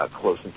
close